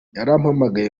yarampamagaye